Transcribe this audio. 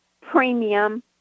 premium